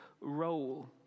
role